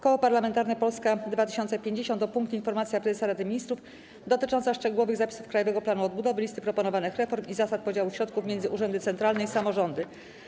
Koło Parlamentarne Polska 2050 o punkt: - Informacja Prezesa Rady Ministrów dotycząca szczegółowych zapisów Krajowego Planu Odbudowy, listy proponowanych reform i zasad podziału środków między urzędy centralne i samorządy.